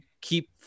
keep –